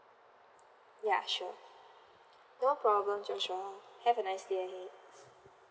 ya sure no problem joshua have a nice day ahead